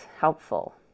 helpful